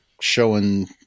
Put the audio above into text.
showing